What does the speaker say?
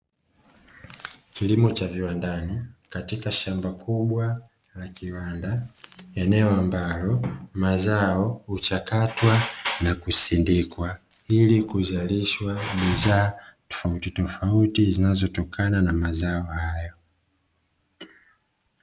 Kilimo cha viwandani katika shamba kubwa la kiwanda eneo ambalo mazao huchakatwa na kusindikwa ili kuzalishwa bidhaa tofauti tofauti zinazotokana na mazao hayo.